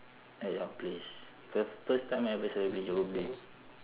at your place fir~ first time you ever celebrate your birthday